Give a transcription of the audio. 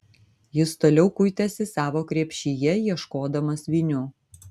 jis toliau kuitėsi savo krepšyje ieškodamas vinių